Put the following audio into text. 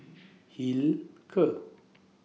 Hilker